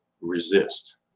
resist